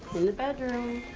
in the bedroom.